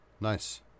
Nice